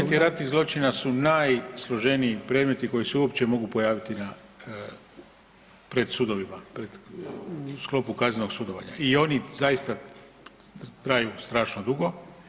Predmeti ratnih zločina su najsloženiji predmeti koji se uopće mogu pojaviti pred sudovima u sklopu kaznenog sudovanja i oni zaista traju strašno dugo.